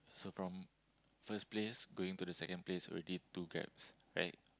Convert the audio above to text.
so from first place going to the second place already two Grabs right